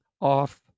off